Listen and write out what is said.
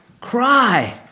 Cry